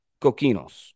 Coquinos